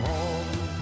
Home